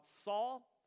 Saul